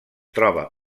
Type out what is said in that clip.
troba